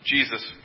Jesus